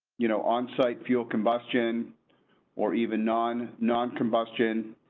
you know, onsite fuel combustion or even non non combustion.